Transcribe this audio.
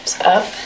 Up